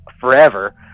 forever